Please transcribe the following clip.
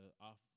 off